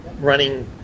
running